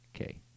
Okay